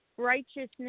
Righteousness